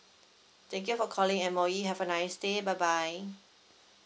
thank you for calling M_O_E have a nice day bye bye